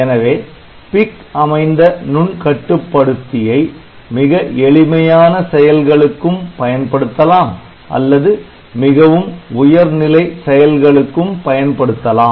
எனவே PIC அமைந்த நுண் கட்டுப்படுத்தியை மிக எளிமையான செயல்களுக்கும் பயன்படுத்தலாம் அல்லது மிகவும் உயர்நிலை செயல்களுக்கும் பயன்படுத்தலாம்